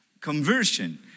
conversion